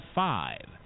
five